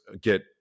get